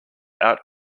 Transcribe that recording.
out